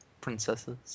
princesses